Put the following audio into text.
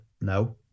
No